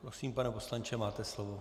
Prosím, pane poslanče, máte slovo.